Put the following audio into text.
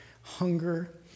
hunger